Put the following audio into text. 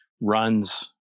runs